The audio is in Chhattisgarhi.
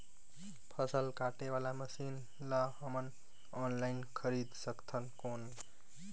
फसल काटे वाला मशीन ला हमन ऑनलाइन खरीद सकथन कौन?